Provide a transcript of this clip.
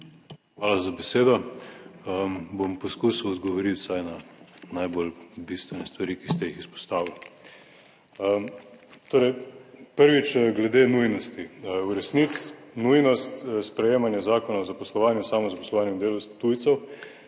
Hvala za besedo. Bom poskusil odgovoriti vsaj na najbolj bistvene stvari, ki ste jih izpostavili. Torej, prvič glede nujnosti. V resnici nujnost sprejemanja Zakona o zaposlovanju in samozaposlovanju in delu tujcev